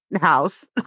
house